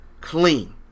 clean